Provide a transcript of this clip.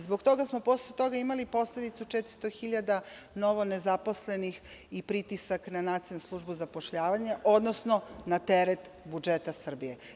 Zbog toga smo posle toga ima posledicu 400 hiljada novo nezaposlenih i pritisak na Nacionalnu službu za zapošljavanje, odnosno na teret budžeta Srbije.